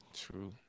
True